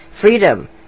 freedom